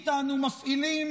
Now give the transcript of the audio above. רבים מאיתנו מפעילים